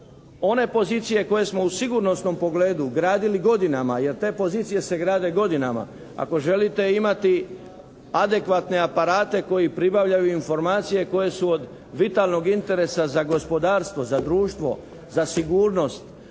one pozicije koje smo u sigurnosnom pogledu gradili godinama jer te pozicije se grade godinama. Ako želite imati adekvatne aparate koji pribavljaju informacije koje su od vitalnog interesa za gospodarstvo, za društvo, za sigurnost